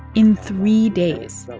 in three days,